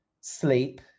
sleep